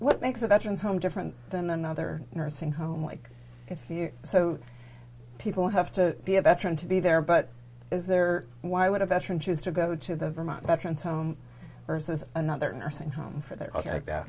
what makes a veterans home different than another nursing home like if you so people have to be a veteran to be there but is there why would a veteran choose to go to the vermont veterans home versus another nursing home for the